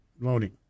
loading